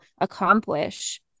accomplish